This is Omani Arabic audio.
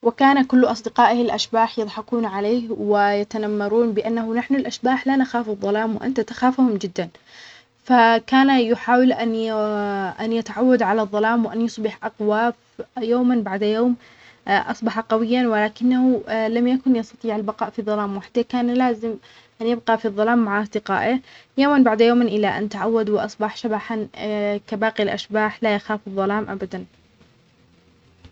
وكان كل اصدقائه الأشباح يظحكون عليه ويتنمرون بانه نحن الأشباح لا نخاف الظلام وانت تخافهم جدا فكان يحاول ان ان يتعود على الظلام وان يصبح اقوى يوما بعد يوم اصبح قويًا ولكنه لم يكن يستطيع البقاء في ظلام وحده. كان لازم ان يبقى في الظلام معاه اصدقائه يوما بعد يوم الى ان تعودوا واصبح شبحًا كباقي الاشباح لا يخاف الظلام ابدا.